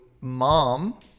mom